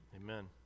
Amen